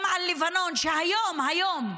גם על לבנון, שהיום, היום,